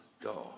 God